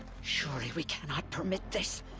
surely we cannot permit this!